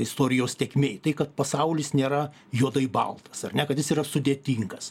istorijos tėkmėj tai kad pasaulis nėra juodai baltas ar ne kad jis yra sudėtingas